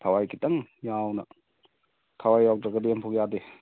ꯊꯋꯥꯏ ꯈꯤꯇꯪ ꯌꯥꯎꯅ ꯊꯋꯥꯏ ꯌꯥꯎꯗ꯭ꯔꯒꯗꯤ ꯑꯃ ꯐꯥꯎꯕ ꯌꯥꯗꯦ